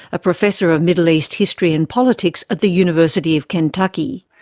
a professor of middle east history and politics at the university of kentucky.